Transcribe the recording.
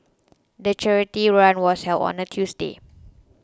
the charity run was held on a Tuesday